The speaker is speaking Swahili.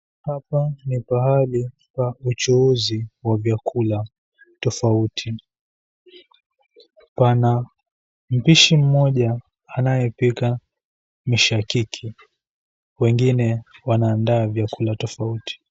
Hapa ni pahali pa uchuuzi wa vyakula tofauti. Pana mpishi mmoja anayepika mishakiki, wengine wanaandaa vyakula tofauti.